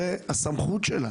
זו הסמכות שלה,